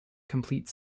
complete